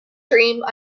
dream